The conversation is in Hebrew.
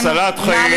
להצלת חיים,